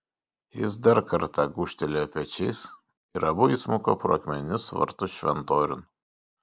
jis dar kartą gūžtelėjo pečiais ir abu įsmuko pro akmeninius vartus šventoriun